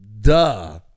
Duh